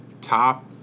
top